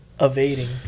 evading